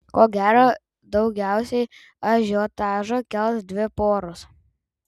ko gero daugiausiai ažiotažo kels dvi poros